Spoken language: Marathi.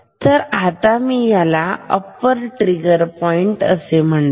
तर आता मी याला अप्पर ट्रिगर पॉईंट असे म्हणतो